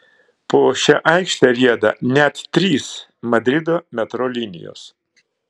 po šia aikšte rieda net trys madrido metro linijos